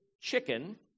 chicken